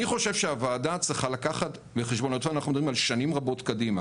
אני חושב שהוועדה צריכה לקחת בחשבון - אנחנו מדברים על שנים רבות קדימה